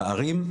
בהרים,